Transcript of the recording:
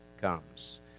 comes